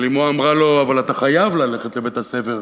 אבל אמו אמרה לו: אתה חייב ללכת לבית-הספר,